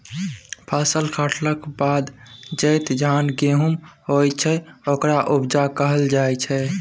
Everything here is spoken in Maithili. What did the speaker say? फसल कटलाक बाद जतेक धान गहुम होइ छै ओकरा उपजा कहल जाइ छै